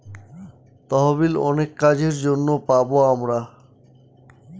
তহবিল অনেক কাজের জন্য পাবো আমরা